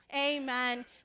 amen